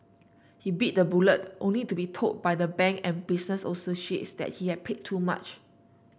he bit the bullet only to be told by the bank and business associates that he had paid too much